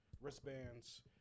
wristbands